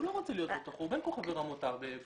הוא ממילא חבר עמותה.